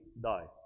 die